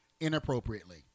Inappropriately